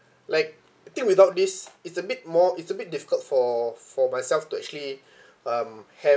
like I think without this it's a bit more it's a bit difficult for for myself to actually um have